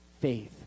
Faith